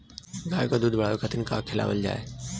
गाय क दूध बढ़ावे खातिन का खेलावल जाय?